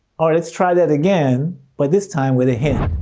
alright, let's try that again but this time with a hint.